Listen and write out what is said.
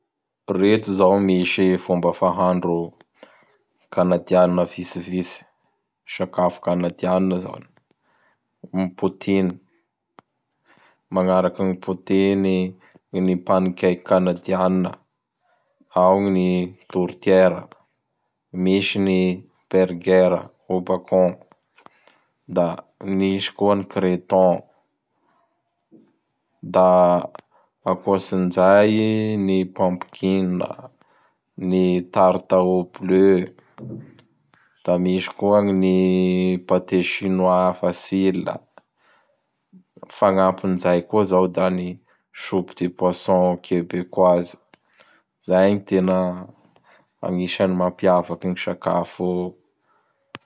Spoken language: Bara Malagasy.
Reto zao misy fomba fahandro Canadianina vitsivitsy, sakafo Canadianina zany: N potine, magnaraky ny Potiny i, ny Pane Cake Canadianina, ao gn ny Dourtire, misy ny Bergère au bakon, da nisy koa ny Creton, da akoatsin zay i ny Pompkin, ny tarta ô bleu; da misy koa gny ny Paté Sinoa Fasilla; fagnampin'izay koa zao da ny Sopy de Poisson Quebekoizy. Izay gny tena anisan'ny mampiavaky gny sakafo.